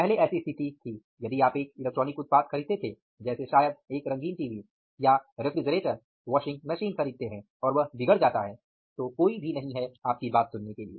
पहले ऐसी स्थिति थी यदि आप एक इलेक्ट्रॉनिक उत्पाद खरीदते थे जैसे शायद एक रंगीन टीवी या रेफ्रिजरेटर वॉशिंग मशीन खरीदते हैं और वह बिगड़ जाता है तो कोई नहीं है आपकी बात सुनने के लिए